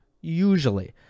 usually